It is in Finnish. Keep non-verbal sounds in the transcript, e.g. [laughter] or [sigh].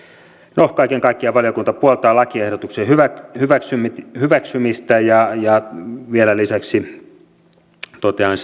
no kaiken kaikkiaan valiokunta puoltaa lakiehdotuksen hyväksymistä hyväksymistä vielä lisäksi totean [unintelligible]